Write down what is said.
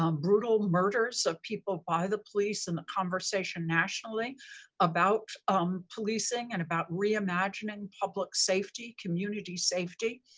um brutal murders of people by the police and the conversation nationally about um policing and about reimagining public safety, community safety,